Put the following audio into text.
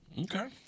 Okay